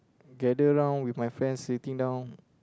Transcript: gather now with my friends sitting down